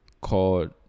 called